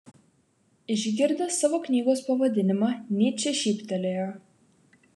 išgirdęs savo knygos pavadinimą nyčė šyptelėjo